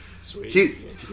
Sweet